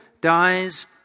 dies